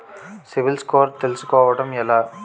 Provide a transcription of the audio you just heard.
CIBIL score తెల్సుకోటం ఎలా?